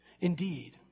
indeed